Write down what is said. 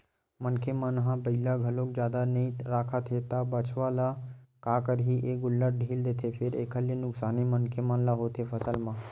मनखे मन ह बइला घलोक जादा नइ राखत हे त बछवा ल का करही ए गोल्लर ढ़ील देथे फेर एखर ले नुकसानी मनखे मन ल होथे फसल म